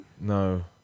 No